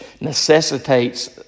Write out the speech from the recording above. necessitates